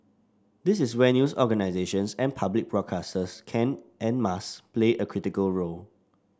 this is where news organisations and public broadcasters can and must play a critical role